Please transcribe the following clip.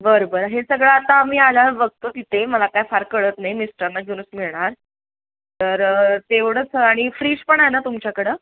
बरं बरं हे सगळं आता आम्ही आल्यावर बघतो तिथे मला काय फार कळत नाही मिस्टरना घेऊनच मी येणार तर तेवढंच आणि फ्रिज पण आहे ना तुमच्याकडं